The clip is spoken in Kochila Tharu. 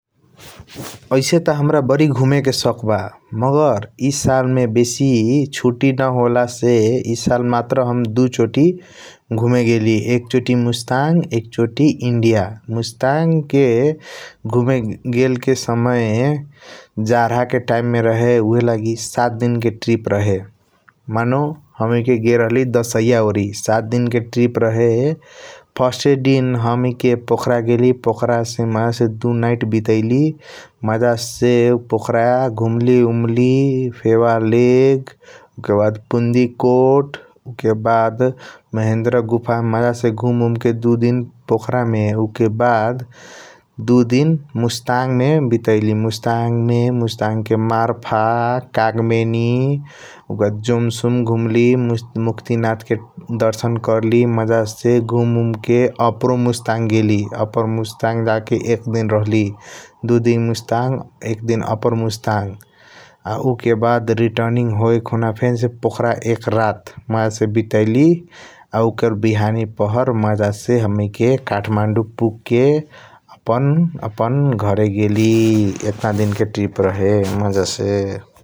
आइसे त हाम्रा बारी घूमे के सोख बा मगर ई साल मे बेसी सूती न होला से ई साल मात्र दु चोटी घूमे गेली । एक चोटी मुस्ताङ एक चोटी इंडिया मुस्ताङ के घूमे गेल के समय जरहा के टाइम मे रहे ऊहएलगी सात दिन के । ट्रिप रहे मानो हमैके गेल राहली दसई ओरई सात दिन के ट्रिप रहे फर्स्ट दिन हमैके पोखरा गेली पोखरा मे दु नाइट भीतयाली । मज़ा से पोखरा घुमली उमली फेव लेक उके बाद पुंडीकोट उकेबाद महेंद्र गुफा मज़ा से घूम उम के दु दिन पोखरा मे उके बाद । दु दिन मुस्ताङ मे बिटेली मुस्ताङ मे मुस्ताङ के मरफा कागबेनी उके बाद जोमसों घुमली मुकटिनाथ के दर्शन कर्ली मज़ा से । उप्पार मुस्ताङ गेली उप्पार मुस्ताङ जाके एक दिन राहली दु दिन मुस्ताङ एक दिन उप्पार मुस्ताङ आ उके बाद रेतूरीनग होय खुना । फेन से पोखरा एक रात मज़ा से भीतयाली उके बाद बिहानी पहर मज़ा से हमैके काठमाडौं पग के अपना अपन घर गेली यातना दिन के ट्रिप रहे मज़ा से ।